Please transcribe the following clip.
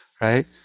right